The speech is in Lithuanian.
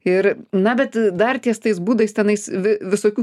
ir na bet dar ties tais būdais tenais vi visokių